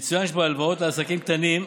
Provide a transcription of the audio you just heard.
יצוין שבהלוואות לעסקים קטנים,